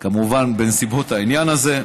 כמובן בנסיבות העניין הזה,